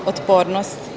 Otpornost.